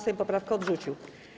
Sejm poprawkę odrzucił.